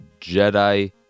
Jedi